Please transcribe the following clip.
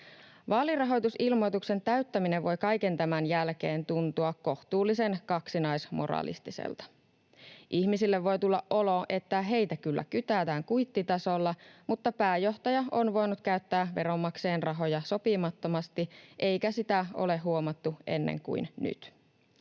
Vaalirahoitusilmoituksen täyttäminen voi kaiken tämän jälkeen tuntua kohtuullisen kaksinaismoralistiselta. Ihmisille voi tulla olo, että heitä kyllä kytätään kuittitasolla, mutta pääjohtaja on voinut käyttää veronmaksajien rahoja sopimattomasti, eikä sitä ole huomattu ennen kuin nyt.